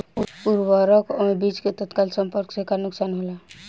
उर्वरक व बीज के तत्काल संपर्क से का नुकसान होला?